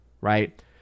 right